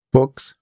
Books